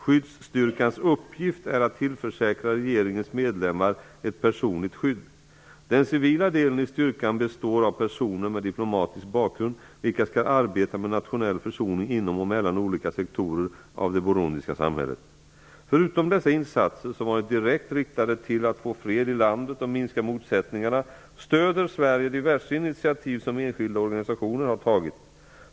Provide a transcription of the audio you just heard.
Skyddsstyrkans uppgift är att tillförsäkra regeringens medlemmar ett personligt skydd. Den civila delen i styrkan består av personer med diplomatisk bakgrund vilka skall arbeta med nationell försoning inom och mellan olika sektorer av det burundiska samhället. Förutom dessa insatser som varit direkt riktade mot att få fred i landet och minska motsättningarna, stöder Sverige diverse initiativ som enskilda organisationer har tagit.